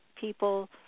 people